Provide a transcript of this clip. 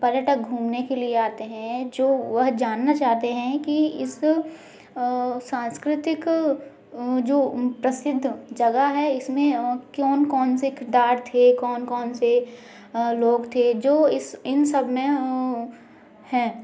पर्यटक घूमने के लिए आते हैं जो वह जानना चाहते हैं कि इस सांस्कृतिक जो प्रसिद्ध जगह है इसमें कौन कौन से किरदार थे कौन कौन से लोग थे जो इस इन सब में हैं